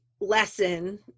Lesson